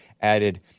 added